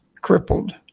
crippled